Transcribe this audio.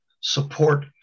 support